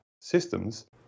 systems